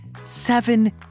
seven